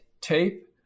tape